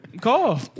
Call